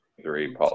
three